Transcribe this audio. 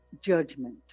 judgment